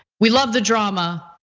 we love the drama,